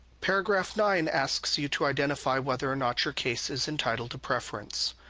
paragraph nine asks you to identify whether or not your case is entitled to preference.